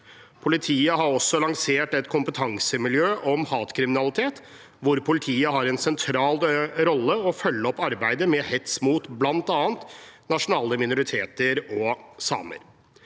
Politiet har også lansert et kompetansemiljø om hatkriminalitet hvor politiet har en sentral rolle for å følge opp arbeidet med hets mot bl.a. nasjonale minoriteter og samer.